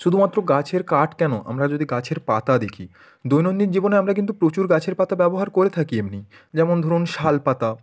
শুধুমাত্র গাছের কাঠ কেনো আমরা যদি গাছের পাতা দেখি দৈনন্দিন জীবনে আমরা কিন্তু প্রচুর গাছের পাতা ব্যবহার করে থাকি এমনি যেমন ধরুন শাল পাতা